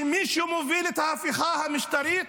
שמי שמוביל את ההפיכה המשטרית